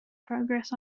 progress